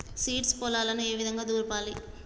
Seeds పొలాలను ఏ విధంగా దులపాలి?